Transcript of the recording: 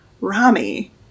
Rami